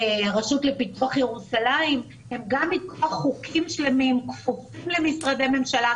הרשות לפיתוח ירושלים הם גם מכוח חוקים שלמים כפופים למשרדי הממשלה,